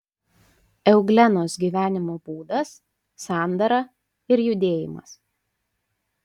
euglenos gyvenimo būdas sandara ir judėjimas